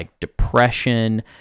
depression